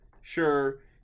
sure